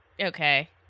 okay